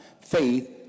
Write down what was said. faith